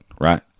right